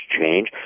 change